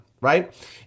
Right